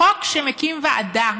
חוק שמקים ועדה